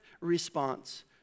response